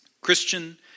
Christian